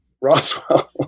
Roswell